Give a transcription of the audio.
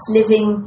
living